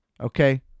okay